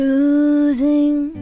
Losing